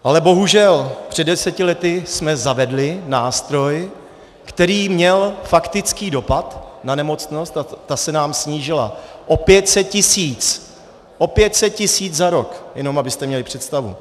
Ale bohužel před deseti lety jsme zavedli nástroj, který měl faktický dopad na nemocnost, a ta se nám snížila o pět set tisíc o pět set tisíc za rok, jenom abyste měli představu.